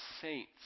saints